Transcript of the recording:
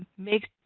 make